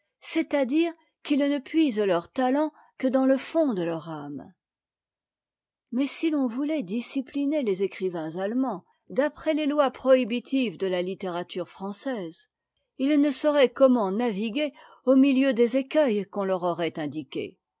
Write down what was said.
c'està-dire qu'ils ne puisent leur talent que dans le fond de leur âme mais si l'on voulait discipliner les écrivains allemands d'après les lois prohibitives de la littérature française ils ne sauraient comment naviguer au milieu des écueils qu'on leur aurait indiqués